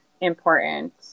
important